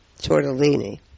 tortellini